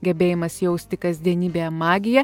gebėjimas jausti kasdienybėje magiją